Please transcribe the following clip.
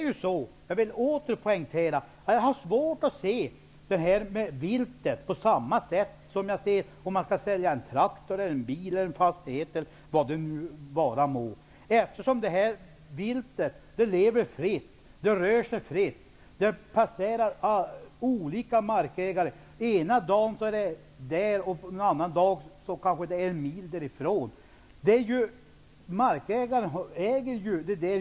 Jag vill åter poängtera att jag har svårt att se viltet på samma sätt som man ser på en traktor, en bil, en fastighet eller vad det nu vara må som är föremål för försäljning. Viltet rör sig fritt och passerar olika ägares marker. Ena dagen är det på ett ställe och nästa dag kanske en mil därifrån.